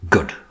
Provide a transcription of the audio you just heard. Good